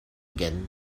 again